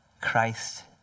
Christ